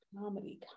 comedy